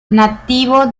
nativo